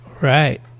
Right